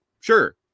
Sure